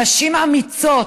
נשים אמיצות,